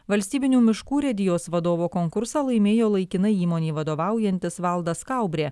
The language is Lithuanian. valstybinių miškų urėdijos vadovo konkursą laimėjo laikinai įmonei vadovaujantis valdas kaubrė